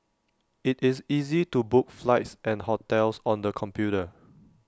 IT is easy to book flights and hotels on the computer